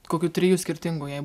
kokių trijų skirtingų jai